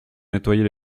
nettoyer